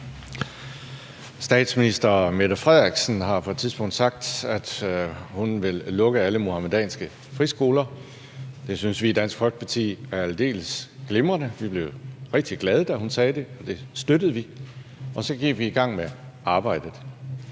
Statsministeren har på et tidspunkt sagt, at hun vil lukke alle muhammedanske friskoler. Det synes vi i Dansk Folkeparti er aldeles glimrende. Vi blev rigtig glade, da hun sagde det, og det støttede vi, og så gik vi i gang med arbejdet.